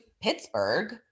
pittsburgh